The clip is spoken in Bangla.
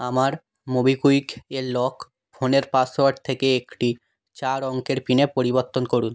আমার মোবিকুইক এর লক ফোনের পাসওয়ার্ড থেকে একটি চার অঙ্কের পিনে পরিবর্তন করুন